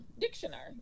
dictionary